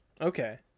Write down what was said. okay